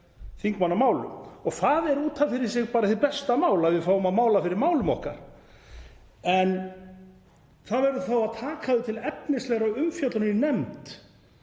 þingmannamálum. Það er út af fyrir sig hið besta mál að við fáum að mæla fyrir málum okkar, en þá verður að taka þau til efnislegrar umfjöllunar í nefnd